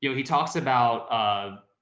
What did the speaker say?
you know he talks about, um